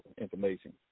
information